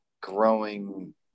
growing